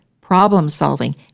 problem-solving